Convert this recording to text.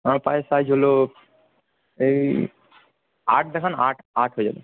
আমার পায়ের সাইজ হল এই আট দেখান আট আট হয়ে যাবে